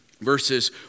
verses